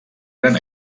gran